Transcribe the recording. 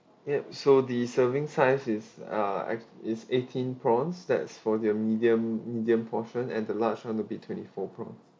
yup so the serving size is uh it's eighteen prawns that's for the medium medium portion and the large one will be twenty four prawns